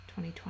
2020